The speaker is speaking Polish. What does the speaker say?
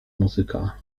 muzyka